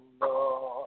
Lord